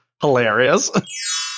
hilarious